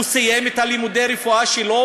הוא סיים את לימודי הרפואה שלו